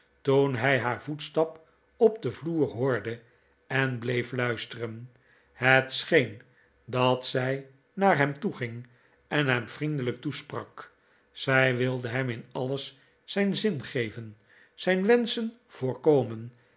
toen hij haar voetstap op den vloer hoorde en bleef luisteren het scheen dat zij naar hem toeging en hem vriendelijk toesprak zij wilde hem in alles zijn zin geven zijn wenschen voorkomen